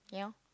you know